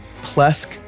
Plesk